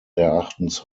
erachtens